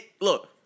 Look